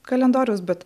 kalendoriaus bet